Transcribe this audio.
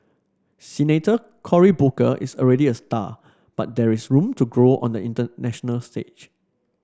Senator Cory Booker is already a star but there is room to grow on the national stage